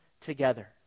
together